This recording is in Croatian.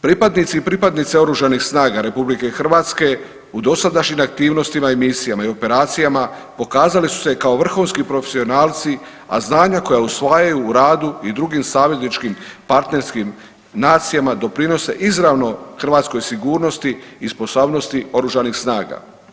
Pripadnici i pripadnice oružanih snaga RH u dosadašnjim aktivnostima i misijama i operacijama pokazale su se kao vrhunski profesionalci, a znanja koja usvajaju u radu i drugim savezničkim partnerskim nacijama doprinose izravno hrvatskoj sigurnosti i sposobnosti oružanih snaga.